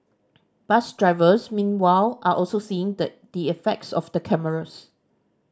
bus drivers meanwhile are also seeing the the effects of the cameras